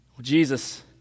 Jesus